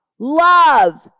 Love